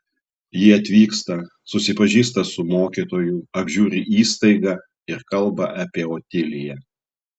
ji atvyksta susipažįsta su mokytoju apžiūri įstaigą ir kalba apie otiliją